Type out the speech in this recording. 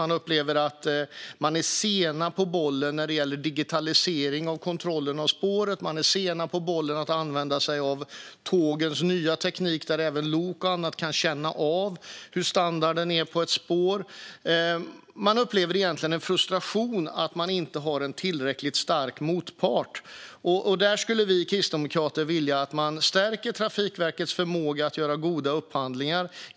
De upplever att man är sen på bollen när det gäller digitalisering av kontrollen av spåren och att man är sen på bollen att använda sig av tågens nya teknik där även lok och annat kan känna av standarden på ett spår. De upplever egentligen en frustration över att de inte har en tillräckligt stark motpart. Vi kristdemokrater skulle vilja att man stärker Trafikverkets förmåga att göra goda upphandlingar.